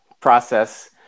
process